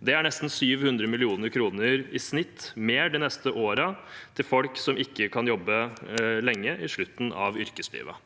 Det er nesten 700 mill. kr i snitt mer de neste årene til folk som ikke kan jobbe lenge i slutten av yrkeslivet.